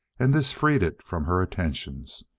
and this freed it from her attentions.